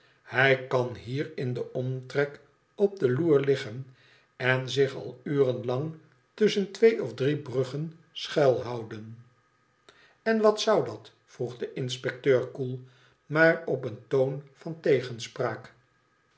hij kan hier in den omtrek op de loer liggen en zich al uren lang tusschen twee of drie braggen schuilhouden len wat zou dat vroeg de inspecteur koel maar op een toon van teospraal